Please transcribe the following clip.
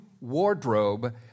wardrobe